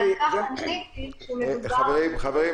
אבל על כך עניתי שמדובר --- חברים,